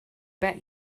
bet